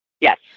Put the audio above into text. Yes